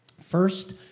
First